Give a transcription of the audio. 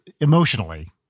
emotionally